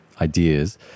Ideas